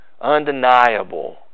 Undeniable